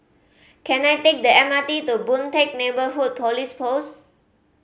can I take the M R T to Boon Teck Neighbourhood Police Post